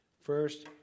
First